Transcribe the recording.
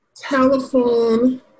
telephone